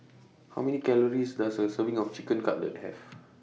How Many Calories Does A Serving of Chicken Cutlet Have